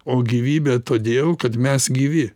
o gyvybe todėl kad mes gyvi